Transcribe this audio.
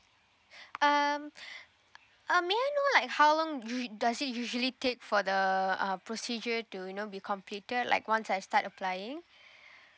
um uh may I know like how long u~ does it usually take for the uh procedure to you know be completed like once I start applying